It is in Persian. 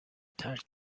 ترک